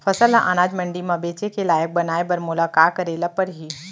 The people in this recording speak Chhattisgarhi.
फसल ल अनाज मंडी म बेचे के लायक बनाय बर मोला का करे ल परही?